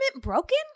broken